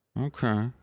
Okay